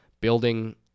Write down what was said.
building